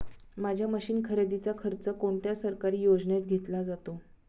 माझ्या मशीन खरेदीचा खर्च कोणत्या सरकारी योजनेत घेतला जातो?